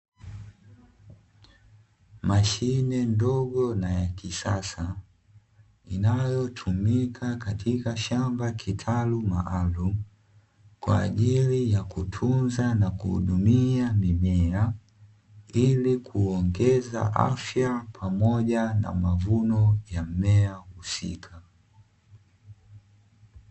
Mashine ndogo na ya kisasa, inayotumika katika shamba kitalu maalumu kwa ajili ya kutunza na kuhudumia mimea, ili kuongeza afya pamoja na mavuno ya mmea husika.